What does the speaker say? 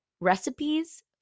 recipes